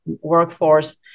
workforce